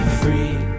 free